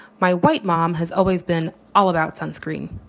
my white mom has always been all about sunscreen.